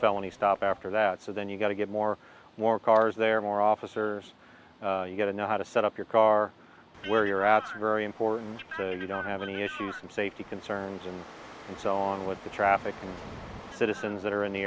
felony stop after that so then you've got to get more more cars they're more officers you gotta know how to set up your car where you're at very important you don't have any issues of safety concerns and and so on with the traffic and citizens that are in the